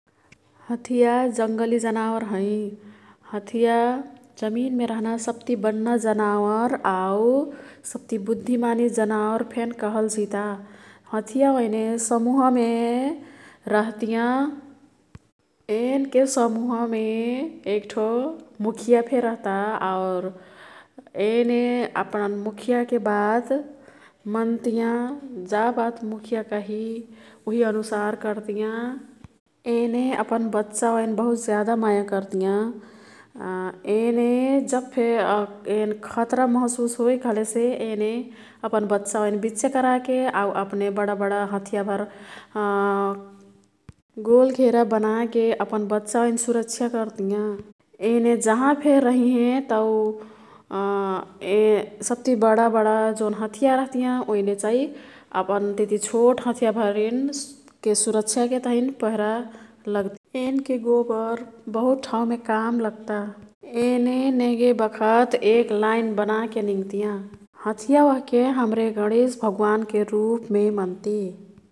हथिया जङ्गली जनावर हैं। हथिया जमिनमे रह्ना सब्ति बन्ना जनावर आऊ सब्ति बुद्धिमानी जनावर फेन कहल जिता। हथिया ओएने समूहमे रह्तियाँ। एन् के समुहमे एक्ठो मुखियाफे रह्ता आउर येने अपन मुखियाके बात मन्तियाँ। जा बात मुखिया कही उही अनुसार कर्तियाँ। येने अपन बच्चा ओईन बहुत ज्यादा माया कर्तियाँ। येने जब्फे एन् खतरा महशुस होई कह्लेसे येने अपन बच्चा ओईन बिच्चेकराके आऊ अप्ने बडाबडा हथिया भर गोल घेरा बनाके अपन बच्चा ओईन सुरक्ष्या कर्तियाँ। येने जहाँफे रहिहें तौ सब्ति बडाबडा जोन हथिया रह्तियाँ ओईने चाई अपनतिती छोट हथिया भरिनके सुरक्षाके तहिन पहरा लग्तियाँ। एन्के गोबर बहुत ठाउँमे काम लग्ता। येने नेंगे बखत एक लाईन बनाके निंग्तियाँ। हथिया ओह्के हाम्रे गणेश भगवान् के रुप्मे मन्ति।